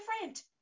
different